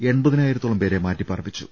എൺപതിനായിരത്തോളം പേരെ മാറ്റി പാർപ്പിച്ചു